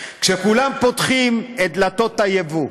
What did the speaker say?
כשכולם פותחים את דלתות הייבוא,